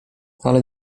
ale